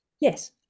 Yes